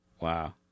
Wow